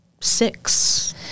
six